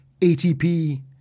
ATP